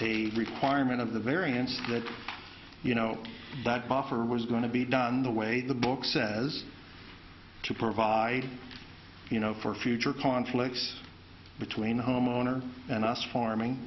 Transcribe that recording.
a requirement of the variance that you know that buffer was going to be done the way the book says to provide you know for future conflicts between the homeowner and us farming